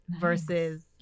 versus